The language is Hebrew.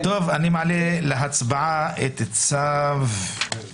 אני מעלה להצבעה את הצעת צו